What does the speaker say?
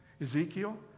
Ezekiel